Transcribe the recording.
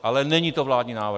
Ale není to vládní návrh.